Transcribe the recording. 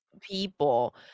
people